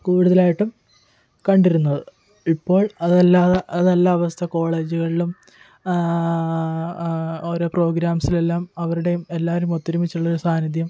കൂടുതലായിട്ടും കണ്ടിരുന്നത് ഇപ്പോൾ അതെല്ലാതെ അതല്ല അവസ്ഥ കോളേജുകളിലും ഓരോ പ്രോഗ്രാംസിലെല്ലാം അവരുടേയും എല്ലാരും ഒത്തൊരുമിച്ചുള്ളൊര് സാന്നിധ്യം